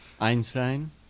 Einstein